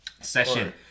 session